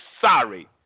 sorry